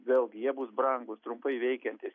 vėlgi jie bus brangūs trumpai veikiantys